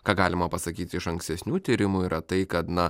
ką galima pasakyti iš ankstesnių tyrimų yra tai kad na